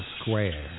Square